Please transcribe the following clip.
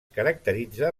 caracteritza